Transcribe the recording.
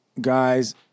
guys